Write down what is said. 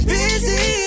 busy